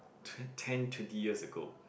twe~ ten twenty years ago